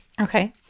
Okay